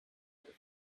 other